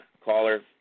caller